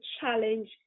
challenge